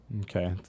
Okay